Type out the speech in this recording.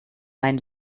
mein